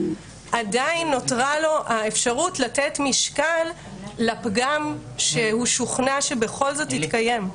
עדיין נותרה לו האפשרות לתת משקל לפגם שהוא שוכנע שבכל זאת התקיים.